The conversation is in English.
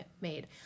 made